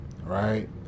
right